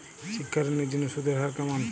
শিক্ষা ঋণ এর জন্য সুদের হার কেমন?